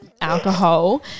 alcohol